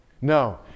No